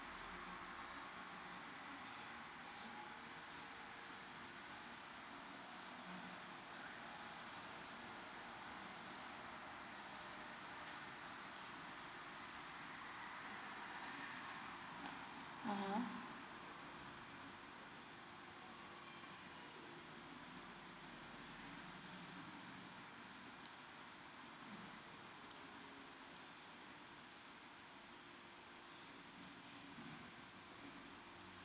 (uh huh)